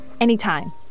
Anytime